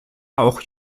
auch